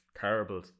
terrible